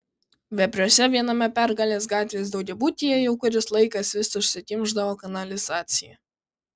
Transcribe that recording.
vepriuose viename pergalės gatvės daugiabutyje jau kuris laikas vis užsikimšdavo kanalizacija